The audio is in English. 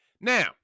Now